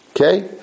okay